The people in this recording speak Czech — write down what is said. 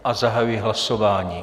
A zahajuji hlasování.